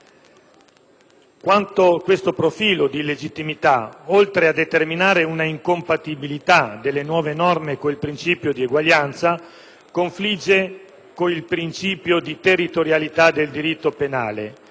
Quanto a questo profilo di illegittimità, oltre a determinare un'incompatibilità delle nuove nonne con il principio di uguaglianza, esso confligge con il principio di territorialità del diritto penale,